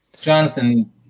Jonathan